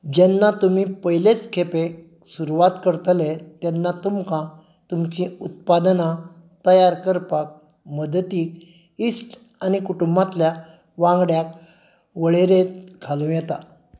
जेन्ना तुमी पयलेच खेपे सुरवात करतले तेन्ना तुमकां तुमचीं उत्पादनां तयार करपाक मदतीक इस्ट आनी कुटुंबांतल्या वांगड्यांक वळेरेंत घालूं येता